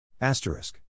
Asterisk